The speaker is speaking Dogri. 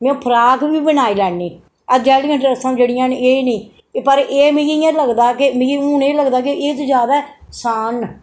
में फ्राक बी बनाई लैन्नी अज्जा आह्लियां ड्रैसां जेहड़ियां न एह् नी पर एह् मिगी इयां लगदा कि मिगी हून एह् लगदा ऐ कि एह् ते ज्यादा असान न